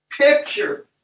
picture